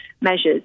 measures